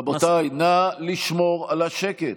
רבותיי, נא לשמור על השקט.